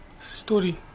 story